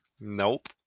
Nope